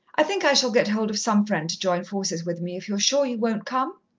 i think i shall get hold of some friend to join forces with me, if you're sure you won't come.